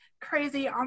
crazy